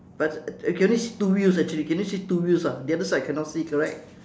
but I can only see two wheels actually can you see two wheels ah the other side cannot see correct